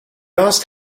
asked